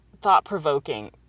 thought-provoking